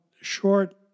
short